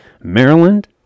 Maryland